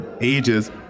ages